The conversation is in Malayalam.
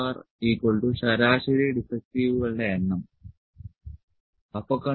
L C ശരാശരി ഡിഫെക്ടുകളുടെ എണ്ണം U